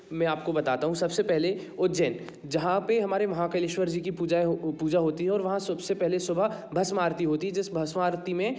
मैं आपको बताता हूँ सब से पहले उज्जैन जहाँ पर हमारे महाकालेश्वर जी की पूजा वो पूजा होती है और वहाँ सब से पहले सुबह भस्म आरती होती जिस भस्म आरती में